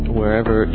wherever